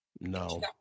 No